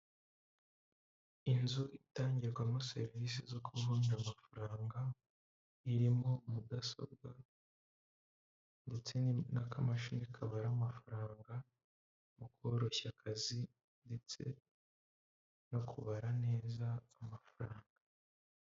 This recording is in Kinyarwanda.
Inzu itangirwamo serivisi zo kuvumya amafaranga, irimo mudasobwa ndetse n'akamashini kabara amafaranga mu koroshya akazi ndetse no kubara neza amafaranga.